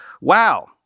Wow